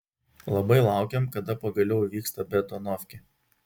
labai laukiam kada pagaliau įvyks ta betonovkė